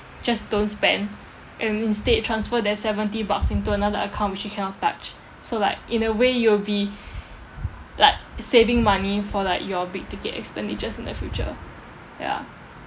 just don't spend and instead transfer that seventy bucks into another account which you cannot touch so like in a way you'll be like saving money for like your big ticket expenditures in the future ya